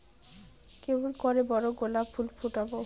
কেমন করে বড় গোলাপ ফুল ফোটাব?